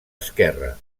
esquerra